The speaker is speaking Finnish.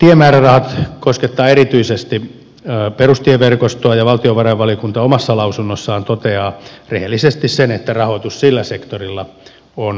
tiemäärärahat koskettavat erityisesti perustieverkostoa ja valtiovarainvaliokunta omassa lausunnossaan toteaa rehellisesti sen että rahoitus sillä sektorilla on niukka